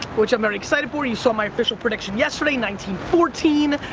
which i'm very excited for. you saw my official prediction yesterday, nineteen fourteen,